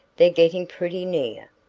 they're getting pretty near.